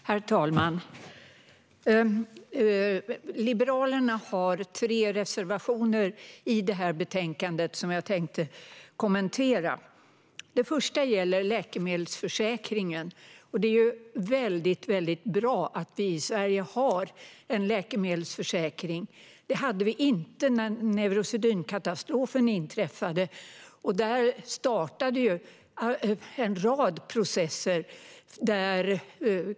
Herr talman! Liberalerna har tre reservationer i detta betänkande som jag tänkte kommentera. Den första gäller läkemedelsförsäkringen. Det är ju väldigt bra att vi i Sverige har en läkemedelsförsäkring. Det hade vi inte när neurosedynkatastrofen inträffade. Där startade en rad processer.